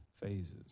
phases